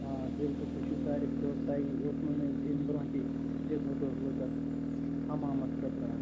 آ بلکُل تُہۍ چھُو طارق صٲب تۄہہِ آسوٕ مےٚ ییٚمہِ برٛۄنٛہہ تہِ دِژمٕژ حظ لٔکٕر حمامس خٲطرٕ حظ